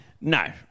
No